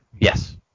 Yes